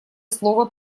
слово